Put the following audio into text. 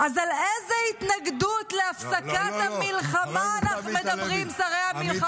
אז על איזו התנגדות להפסקת המלחמה - מדברים שרי המלחמה?